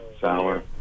sour